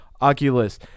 Oculus